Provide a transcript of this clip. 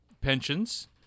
pensions